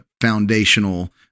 foundational